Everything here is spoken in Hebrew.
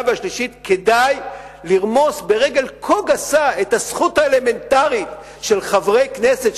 והשלישית כדאי לרמוס ברגל כה גסה את הזכות האלמנטרית של חברי כנסת,